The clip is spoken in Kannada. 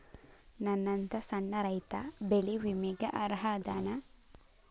ನನ್ನಂತ ಸಣ್ಣ ರೈತಾ ಬೆಳಿ ವಿಮೆಗೆ ಅರ್ಹ ಅದನಾ?